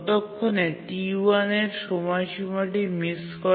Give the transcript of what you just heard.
ততক্ষণে T1 তার সময়সীমাটি মিস করে